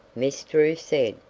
miss drew said,